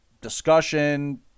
discussion